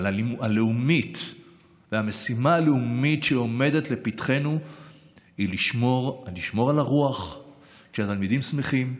אבל המשימה הלאומית שעומדת לפתחנו היא לשמור על הרוח של תלמידים שמחים,